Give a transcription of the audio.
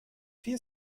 vier